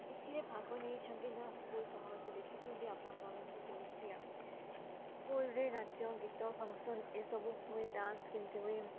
ଏଥିରେ ଭାଗ ନେଇଛନ୍ତି ନା ସ୍କୁଲ୍ ସମାବେଶ ଦେଖିଛନ୍ତି ଆପଣଙ୍କ ଅନୁଭୁତି କେମିତି ଥିଲା ସ୍କୁଲ୍ରେ ନାଚ ଗୀତ ଫଙ୍କସନ୍ ଏସବୁ ହୁଏ ଡାନ୍ସ କେମିତି ହୁଏ